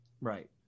Right